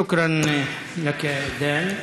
שוכרן, דן.